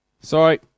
Sorry